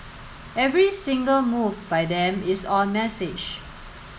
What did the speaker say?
every single move by them is on message